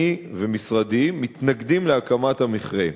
אני ומשרדי מתנגדים להקמת המכרה.